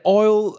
oil